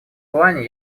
плане